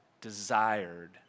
desired